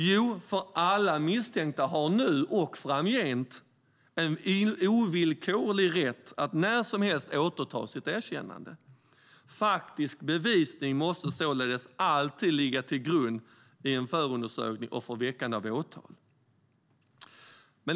Jo, därför att alla misstänkta nu och framgent har en ovillkorlig rätt att när som helst återta sitt erkännande. Faktisk bevisning måste således alltid ligga till grund i en förundersökning och för väckande av åtal.